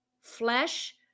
flesh